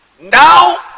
Now